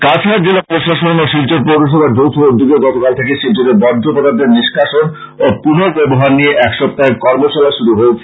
কাছাড় জেলা প্রশাসন ও শিলচর পৌরসভার যৌথ উদ্যোগে গতকাল থেকে শিলচরে বর্জ্য পদার্থের নিষ্কাশন ও পূর্ন ব্যবহার নিয়ে এক সপ্তাহের কর্মশালা শুরু হয়েছে